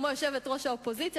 כמו יושבת-ראש האופוזיציה,